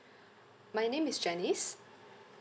my name is janice